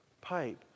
pipe